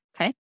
Okay